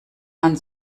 man